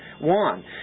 one